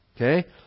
Okay